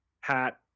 hat